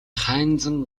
хайнзан